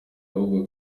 ahubwo